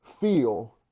feel